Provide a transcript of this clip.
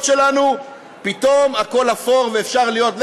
שלנו פתאום הכול אפור ואפשר להיות,